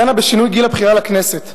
דנה בשינוי גיל הבחירה לכנסת.